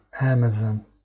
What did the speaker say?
Amazon